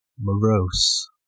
Morose